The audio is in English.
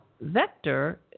vector